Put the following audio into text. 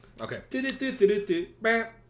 Okay